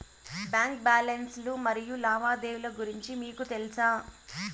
Bank balance లు మరియు లావాదేవీలు గురించి మీకు తెల్సా?